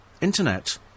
Internet